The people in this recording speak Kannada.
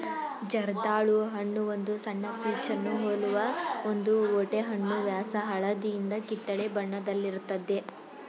ಜರ್ದಾಳು ಹಣ್ಣು ಒಂದು ಸಣ್ಣ ಪೀಚನ್ನು ಹೋಲುವ ಒಂದು ಓಟೆಹಣ್ಣು ವ್ಯಾಸ ಹಳದಿಯಿಂದ ಕಿತ್ತಳೆ ಬಣ್ಣದಲ್ಲಿರ್ತದೆ